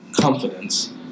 confidence